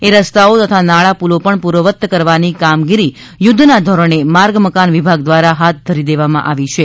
એ રસ્તાઓ તથા નાળાપૂલો પણ પૂર્વવત કરવાની કામગીરી યૂદ્ધના ધોરણે માર્ગ મકાન વિભાગ દ્વારા હાથ ધરી દેવામાં આવી છે